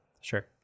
Sure